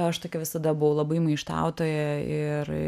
aš tokia visada buvau labai maištautoja ir